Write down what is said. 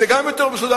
זה גם יותר מסודר.